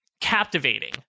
captivating